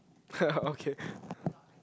okay